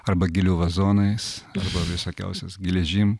arba gėlių vazonais visokiausios geležim